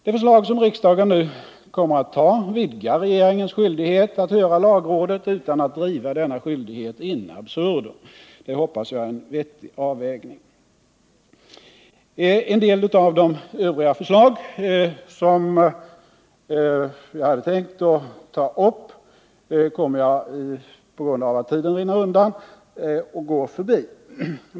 Det förslag som riksdagen nu kommer att anta vidgar regeringens skyldighet att höra lagrådet utan att driva denna skyldighet in absurdum. Det är, hoppas jag, en vettig avvägning. En del av de övriga förslag som jag hade tänkt ta upp kommer jag på grund av att tiden rinner undan att gå förbi.